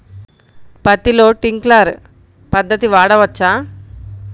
పత్తిలో ట్వింక్లర్ పద్ధతి వాడవచ్చా?